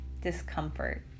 discomfort